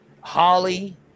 Holly